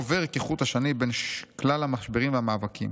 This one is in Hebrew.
העובר כחוט השני בין כלל המשברים והמאבקים: